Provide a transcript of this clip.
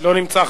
לא נמצא.